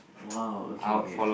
!wow! okay okay